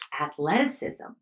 athleticism